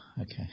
okay